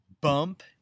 bump